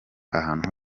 ahantu